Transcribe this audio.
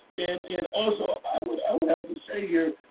and and also, i would have to say here,